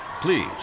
Please